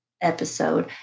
episode